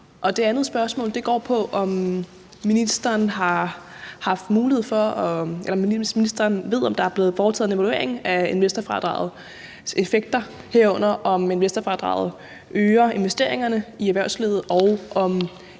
Det andet spørgsmål går på, om ministeren ved, om der er blevet foretaget en evaluering af investorfradragets effekter, herunder om investorfradraget øger investeringerne i erhvervslivet,